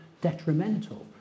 detrimental